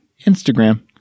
instagram